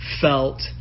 felt